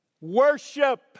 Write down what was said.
worship